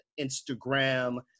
Instagram